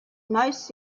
most